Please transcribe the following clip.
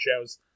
shows